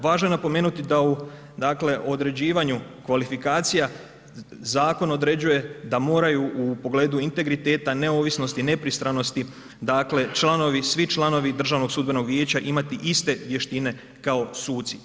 Važno je napomenuti da u dakle određivanju kvalifikacija zakon određuje da moraju u pogledu integriteta, neovisnosti, nepristranosti dakle članovi svi članovi Državnog sudbenog vijeća imati iste vještine kao suci.